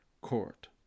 court